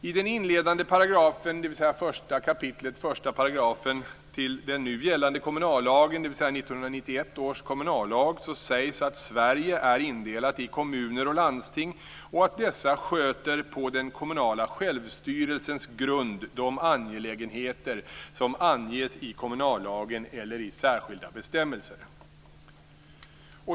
I den inledande paragrafen, dvs. 1 kap. 1 §, till den nu gällande kommunallagen, 1991 års kommunallag, sägs att Sverige är indelat i kommuner och landsting och att dessa på den kommunala självstyrelsens grund sköter de angelägenheter som anges i kommunallagen eller i särskilda bestämmelser.